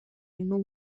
نوح